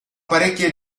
parecchie